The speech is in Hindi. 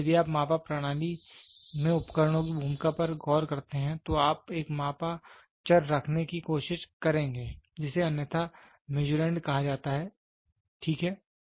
इसलिए यदि आप मापा प्रणाली में उपकरणों की भूमिका पर गौर करते हैं तो आप एक मापा चर रखने की कोशिश करेंगे जिसे अन्यथा मीज़ुरंड कहा जाता है ठीक है